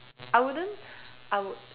I wouldn't I would